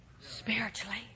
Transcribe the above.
spiritually